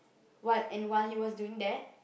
what and while he was doing that